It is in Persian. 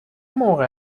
موقع